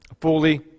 Fully